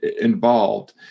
involved